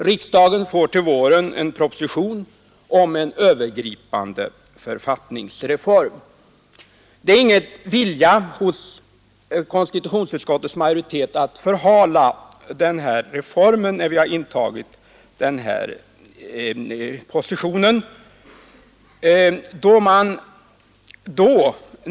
Riksdagen får till våren en proposition om en övergripande författningsreform. Det är ingen vilja hos konstitutionsutskottets majoritet att förhala den reformen, när vi intagit vår position.